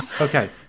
okay